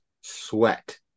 sweat